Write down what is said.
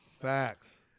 Facts